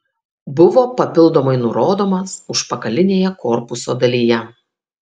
buvo papildomai nurodomas užpakalinėje korpuso dalyje